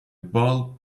ball